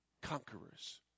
conquerors